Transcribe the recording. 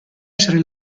essere